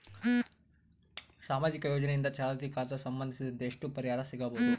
ಸಾಮಾಜಿಕ ಯೋಜನೆಯಿಂದ ಚಾಲತಿ ಖಾತಾ ಸಂಬಂಧಿಸಿದಂತೆ ಎಷ್ಟು ಪರಿಹಾರ ಸಿಗಬಹುದು?